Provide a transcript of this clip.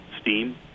steam